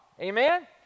Amen